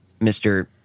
Mr